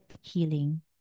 healing